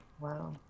Wow